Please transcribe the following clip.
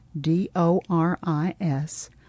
D-O-R-I-S